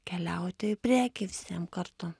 keliauti į priekį visiem kartu